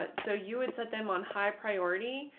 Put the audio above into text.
but so you would set them on high priority.